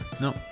No